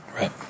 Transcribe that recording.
Right